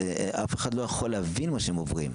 אף אחד לא יכול להבין מה שהם עוברים.